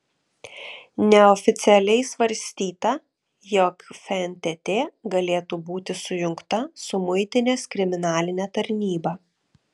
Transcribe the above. neoficialiai svarstyta jog fntt galėtų būti sujungta ir su muitinės kriminaline tarnyba